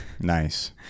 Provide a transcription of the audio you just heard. Nice